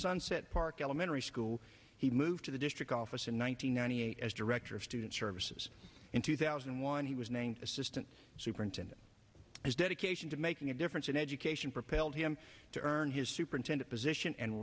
sunset park elementary school he moved to the district office in one thousand nine hundred eighty as director of student services in two thousand and one he was named assistant superintendent his dedication to making a difference in education propelled him to earn his superintendent position and